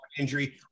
injury